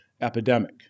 epidemic